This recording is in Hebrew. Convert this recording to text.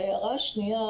ההערה השניה,